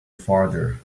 farther